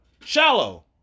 Shallow